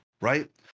right